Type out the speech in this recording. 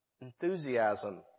enthusiasm